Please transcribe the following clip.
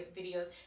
videos